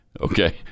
Okay